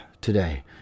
today